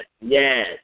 Yes